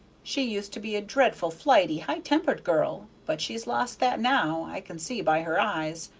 she used to be a dreadful flighty, high-tempered girl, but she's lost that now, i can see by her eyes.